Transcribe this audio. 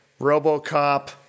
RoboCop